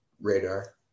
Radar